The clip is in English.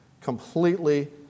Completely